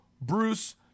Bruce